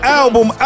album